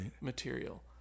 material